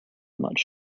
much